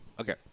Okay